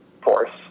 force